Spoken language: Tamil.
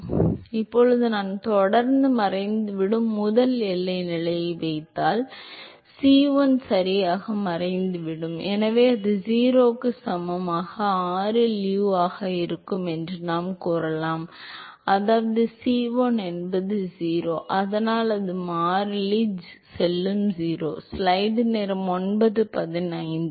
எனவே இப்போது நான் தொடர்ந்து மறைந்துவிடும் முதல் எல்லை நிலையை வைத்தால் c1 சரியாக மறைந்துவிடும் எனவே அது 0 க்கு சமமான r இல் u ஆக இருக்கும் என்று நாம் கூறலாம் அதாவது c1 என்பது 0 அதனால் அந்த மாறிலி செல்லும் 0